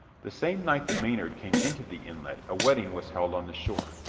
the same night that maynard came into the inlet a wedding was held on the shore.